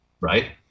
Right